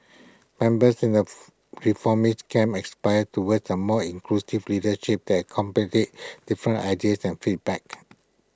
members in the reformist camp aspire towards A more inclusive leadership that accommodates different ideas and feedback